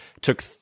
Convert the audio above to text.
took